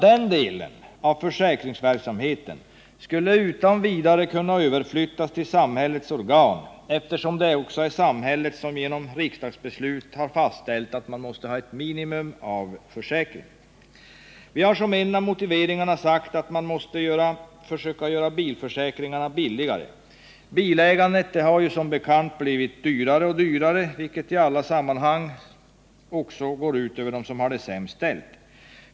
Den delen av försäkringsverksamheten skulle utan vidare kunna överflyttas till samhällets organ, eftersom det också är samhället som genom riksdagsbeslut har fastställt att man måste ha ett minimum av försäkring. Vi har som en av motiveringarna i motionen sagt att mar måste försöka göra bilförsäkringarna billigare. Bilägandet har som bekant blivit dyrare och dyrare, vilket i alla sammanhang går ut över dem som har det sämst ställt.